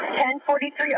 1043